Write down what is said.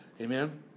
Amen